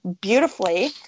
beautifully